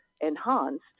enhanced